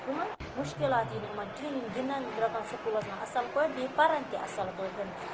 کٕہنۍ مُشکِلات ییہِ نہٕ یِمَن کِہیٖنۍ یِم گِندَن درۄکَن سکولَس مَنٛز اصل پٲٹھۍ بیٚیہِ پَرَن تہِ اصل پٲٹھۍ